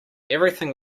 everything